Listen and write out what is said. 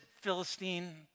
Philistine